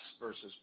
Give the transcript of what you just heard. versus